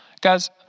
guys